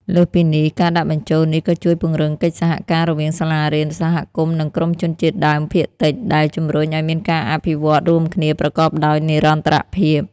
លើសពីនេះ ការដាក់បញ្ចូលនេះក៏ជួយពង្រឹងកិច្ចសហការរវាងសាលារៀន សហគមន៍ និងក្រុមជនជាតិដើមភាគតិច ដែលជំរុញឱ្យមានការអភិវឌ្ឍន៍រួមគ្នាប្រកបដោយនិរន្តរភាព។